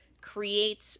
creates